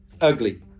ugly